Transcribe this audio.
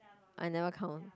I never count